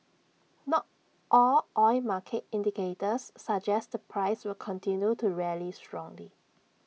not all oil market indicators suggest the price will continue to rally strongly